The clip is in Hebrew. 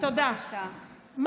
אז